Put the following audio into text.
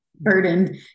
burdened